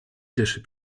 dyszy